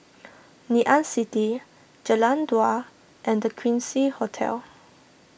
Ngee Ann City Jalan Dua and the Quincy Hotel